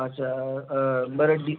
अच्छा बरं ठीक